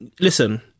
listen